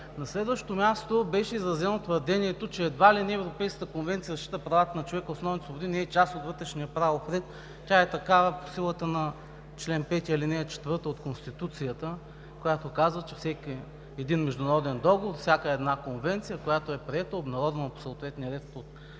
На следващо място, беше изразено твърдението, че едва ли не Европейската конвенция за защита правата на човека и основните свободи не е част от вътрешния правов ред. Тя е такава по силата на чл. 5, ал. 4 от Конституцията, която казва, че всеки международен договор, всяка една конвенция, която е приета, обнародвана по съответния ред от